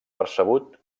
percebut